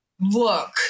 look